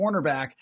cornerback